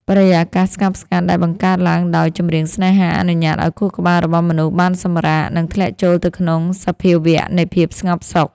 បរិយាកាសស្ងប់ស្ងាត់ដែលបង្កើតឡើងដោយ ចម្រៀងស្នេហា អនុញ្ញាតឱ្យខួរក្បាលរបស់មនុស្សបានសម្រាក និងធ្លាក់ចូលទៅក្នុងសភាវៈនៃភាពស្ងប់សុខ